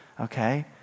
Okay